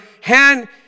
hand